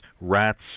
rats